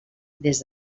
des